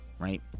right